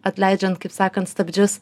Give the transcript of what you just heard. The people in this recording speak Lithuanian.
atleidžiant kaip sakant stabdžius